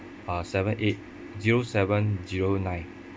uh seven eight zero seven zero nine